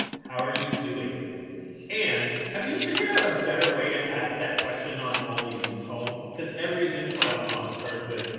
how are you doing and have you figured out a better way to ask that question on all these zoom calls? because every zoom call i'm on starts with,